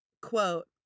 Quote